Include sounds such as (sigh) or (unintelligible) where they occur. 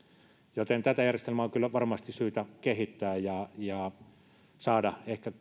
joten tätä järjestelmää on kyllä varmasti syytä kehittää ja ja saada ehkä (unintelligible)